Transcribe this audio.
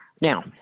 Now